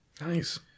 Nice